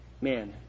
man